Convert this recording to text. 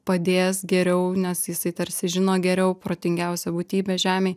padės geriau nes jisai tarsi žino geriau protingiausia būtybė žemėj